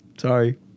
sorry